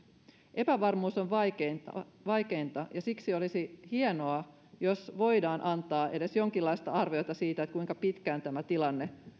epävarmuus on vaikeinta on vaikeinta ja siksi olisi hienoa jos voidaan antaa edes jonkinlaista arviota siitä kuinka pitkään tämä tilanne